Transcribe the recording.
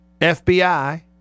FBI